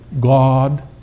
God